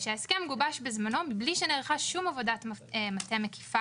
כשההסכם גובש בזמנו בלי שנערכה שום עבודת מטה מקיפה